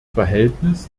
verhältnis